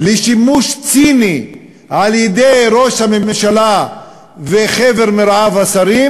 לשימוש ציני של ראש הממשלה וחבר מרעיו השרים,